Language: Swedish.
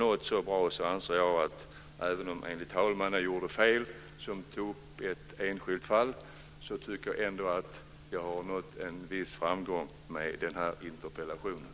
Även om jag enligt talmannen gjorde fel som tog upp ett enskilt fall, tycker jag att jag ändå har nått en viss framgång med den här interpellationen.